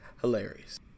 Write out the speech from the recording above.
Hilarious